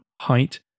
height